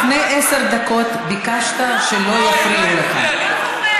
לפני עשר דקות ביקשת שלא יפריעו לך,